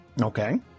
Okay